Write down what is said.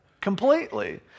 completely